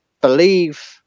believe